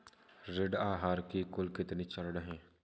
ऋण आहार के कुल कितने चरण हैं?